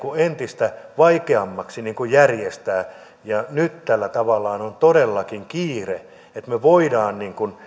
entistä vaikeammaksi järjestää ja nyt tällä tavallaan on todellakin kiire että me voimme